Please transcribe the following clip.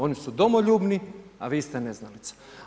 Oni su domoljubni, a vi ste neznalica.